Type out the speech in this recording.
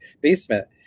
basement